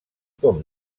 com